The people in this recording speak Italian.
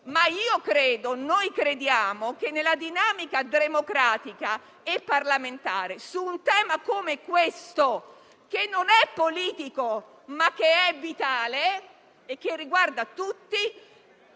ma noi crediamo che, nella dinamica democratica e parlamentare, su un tema come questo, che non è politico, ma vitale e riguarda tutti,